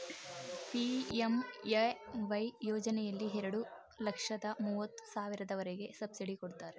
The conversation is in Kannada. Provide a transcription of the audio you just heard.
ಪಿ.ಎಂ.ಎ.ವೈ ಯೋಜನೆಯಲ್ಲಿ ಎರಡು ಲಕ್ಷದ ಮೂವತ್ತು ಸಾವಿರದವರೆಗೆ ಸಬ್ಸಿಡಿ ಕೊಡ್ತಾರೆ